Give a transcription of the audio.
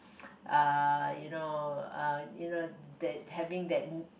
uh you know uh you know that having that